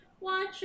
watch